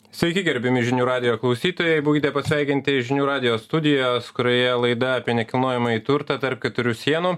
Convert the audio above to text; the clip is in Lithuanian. sveiki gerbiami žinių radijo klausytojai būkite pasveikinti žinių radijo studijos kurioje laida apie nekilnojamąjį turtą tarp keturių sienų